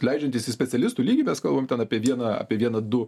leidžiantis į specialistų lygį mes kalbam ten apie vieną apie vieną du